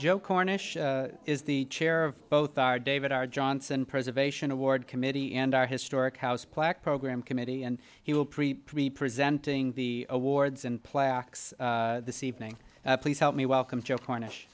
joe cornish is the chair of both are david r johnson preservation award committee and our historic house plaque program committee and he will prepare me presenting the awards and plaques this evening please help me welcome joe cornish